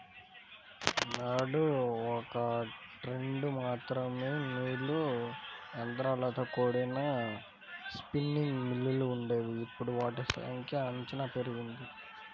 నాడు ఒకట్రెండు మాత్రమే నూలు యంత్రాలతో కూడిన స్పిన్నింగ్ మిల్లులు వుండేవి, ఇప్పుడు వాటి సంఖ్య చానా పెరిగింది